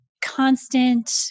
constant